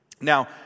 Now